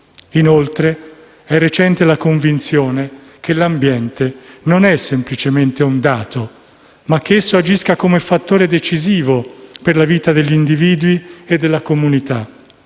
Inoltre, è recente la convinzione che l'ambiente non sia semplicemente un dato, ma che esso agisca come fattore decisivo per la vita degli individui e della comunità.